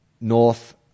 North